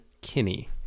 Kinney